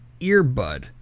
earbud